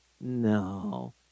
No